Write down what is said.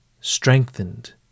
strengthened